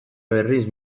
berriz